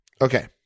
okay